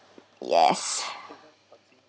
yes